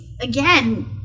again